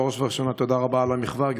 בראש וראשונה תודה רבה על המחווה.